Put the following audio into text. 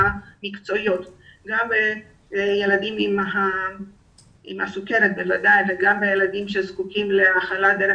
גם לילדים עם סוכרת וגם לילדים שזקוקים להאכלה דרך